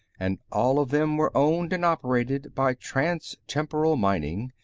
and all of them were owned and operated by transtemporal mining,